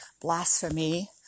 blasphemy